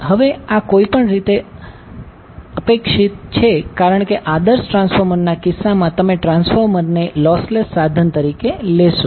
હવે આ કોઈપણ રીતે અપેક્ષિત છે કારણ કે આદર્શ ટ્રાન્સફોર્મરના કિસ્સામાં તમે ટ્રાન્સફોર્મરne લોસલેસ સાધન તરીકે લેશો